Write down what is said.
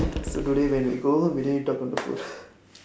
so today when we go home we don't need talk on the phone